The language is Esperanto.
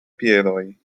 piedoj